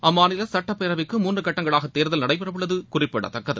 அம்மாநில சுட்டப் பேரவைக்கு மூன்று கட்டங்களாக தேர்தல் நடைபெற உள்ளது குறிப்பிடத்தக்கது